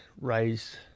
raised